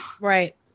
Right